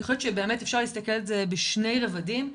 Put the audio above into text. אני חושבת שאפשר להסתכל על זה בשני רבדים,